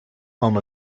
home